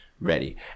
ready